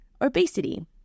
obesity